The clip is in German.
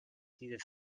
dieses